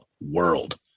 world